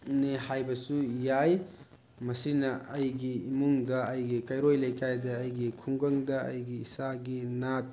ꯅꯤ ꯍꯥꯏꯕꯁꯨ ꯌꯥꯏ ꯃꯁꯤꯅ ꯑꯩꯒꯤ ꯏꯃꯨꯡꯗ ꯑꯩꯒꯤ ꯀꯩꯔꯣꯏ ꯂꯩꯀꯥꯏꯗ ꯑꯩꯒꯤ ꯈꯨꯡꯒꯪꯗ ꯑꯩꯒꯤ ꯏꯁꯥꯒꯤ ꯅꯥꯠ